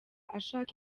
ashaka